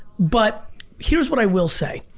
but here's what i will say.